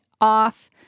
off